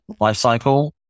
lifecycle